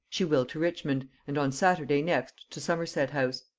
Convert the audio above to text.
she will to richmond, and on saturday next to somerset-house,